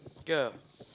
K ah